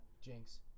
Jinx